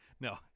No